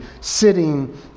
sitting